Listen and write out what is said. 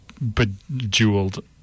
bejeweled